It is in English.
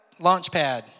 Launchpad